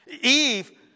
Eve